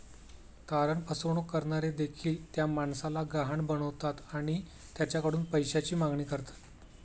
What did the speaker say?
तारण फसवणूक करणारे देखील त्या माणसाला गहाण बनवतात आणि त्याच्याकडून पैशाची मागणी करतात